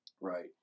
Right